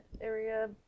area